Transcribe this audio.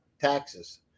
taxes